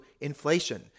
inflation